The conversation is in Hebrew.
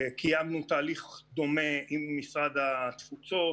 קיימנו תהליך דומה עם משרד התפוצות,